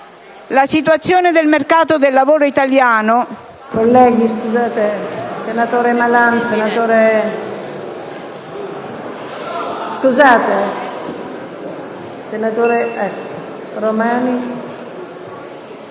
La situazione del mercato del lavoro italiano